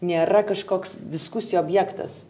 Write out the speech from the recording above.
nėra kažkoks diskusijų objektas